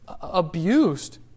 abused